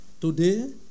Today